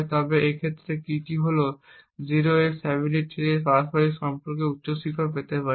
তবে এক্ষেত্রে কীটি হল 0x73 আমরা পারস্পরিক সম্পর্কের উচ্চ শিখর পেতে পারি